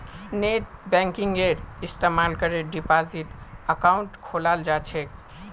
नेटबैंकिंगेर इस्तमाल करे डिपाजिट अकाउंट खोलाल जा छेक